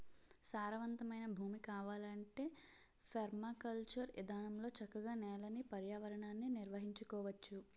సారవంతమైన భూమి కావాలంటే పెర్మాకల్చర్ ఇదానంలో చక్కగా నేలని, పర్యావరణాన్ని నిర్వహించుకోవచ్చు